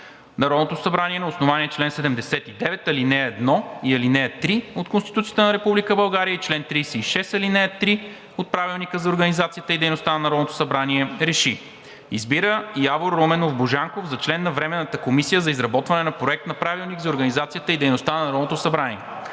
Народното събрание на основание чл. 79, ал. 1 и ал. 3 от Конституцията на Република България и чл. 36, ал. 3 от Правилника за организацията и дейността на Народното събрание РЕШИ: Избира Явор Руменов Божанков за член на Временната комисия за изработване на Проект на правилник за организацията и дейността на Народното събрание.“